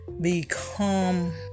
become